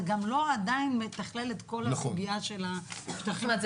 גם עדיין לא מתכלל את כל הסוגיה של --- זאת אומרת,